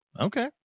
Okay